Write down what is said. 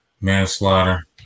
manslaughter